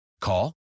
Call